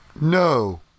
No